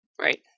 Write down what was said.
Right